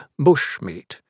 bushmeat